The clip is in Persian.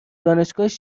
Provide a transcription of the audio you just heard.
دانشگاهش